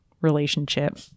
relationship